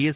S